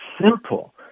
simple